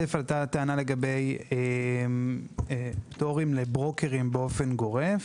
עלתה הטענה לגבי פטורים לברוקרים באופן גורף.